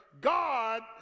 God